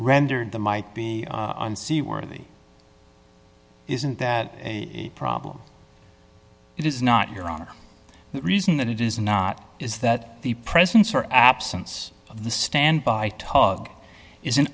rendered the might be on sea worthy isn't that a problem it is not your honor the reason that it is not is that the presence or absence of the standby tug is